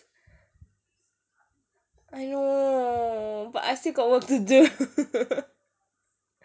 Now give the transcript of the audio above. I know but I still got work to do